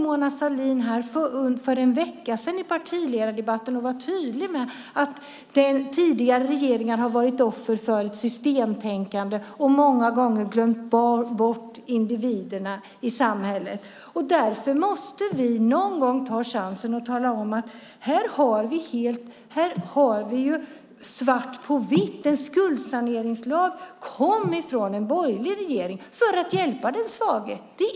Mona Sahlin var i partiledardebatten för en vecka sedan tydlig med att tidigare regeringar har varit offer för ett systemtänkande och många gånger glömt bort individerna i samhället. Därför måste vi ta chansen och tala om att vi här svart på vitt har en skuldsaneringslag som kommer från en borgerlig regering för att hjälpa de svaga.